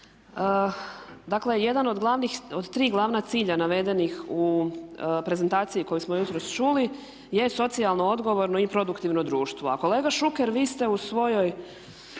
glavnih, od tri glavna cilja navedenih u prezentaciji koju smo jutros čuli je socijalno odgovorno i produktivno društvo. A kolega Šuker vi ste u svom